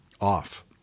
off